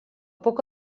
poc